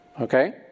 Okay